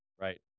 Right